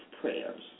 prayers